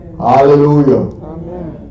hallelujah